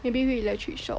maybe 会 electric shock